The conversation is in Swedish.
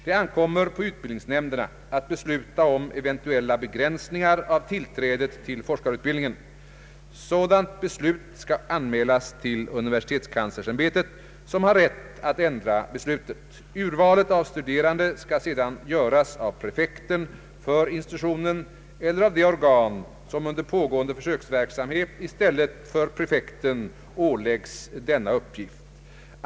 Det ankommer på utbildningsnämnderna att besluta om eventuella be gränsningar av tillträdet till forskarutbildningen. Sådant beslut skall anmälas till universitetskanslersämbetet, som har rätt att ändra beslutet. Urvalet av studerande skall sedan göras av prefekten för institutionen eller av det organ, som under pågående försöksverksamhet i stället för prefekten åläggs denna uppgift.